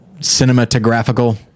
cinematographical